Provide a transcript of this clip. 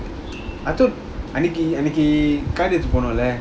I thought அன்னைக்குஅன்னைக்குகாலேஜ்போனோம்ல:annaiku annaiku college ponomla then